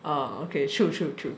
okay sure true true